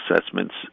assessments